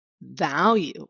value